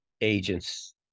agents